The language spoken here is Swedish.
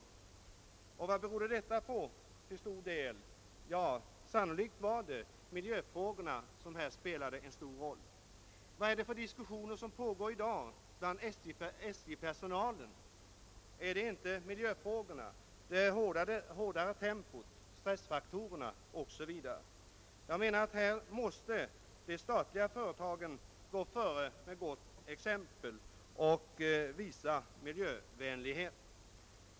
Och vad berodde detta till stor del på? Ja, sannolikt spelade miljöfrågorna stor roll. Vad är det för diskussioner som i dag pågår bland SJ-personalen? Är det inte miljöfrågorna, det hårdare tempot, stressfaktorerna osv.? De statliga företagen måste gå före med gott exempel och visa miljövänlighet.